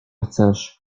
chcesz